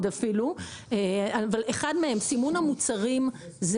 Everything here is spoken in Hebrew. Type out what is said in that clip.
סימון המוצרים,